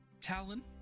Talon